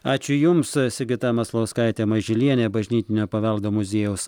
ačiū jums sigita maslauskaitė mažylienė bažnytinio paveldo muziejaus